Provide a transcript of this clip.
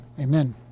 amen